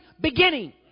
beginning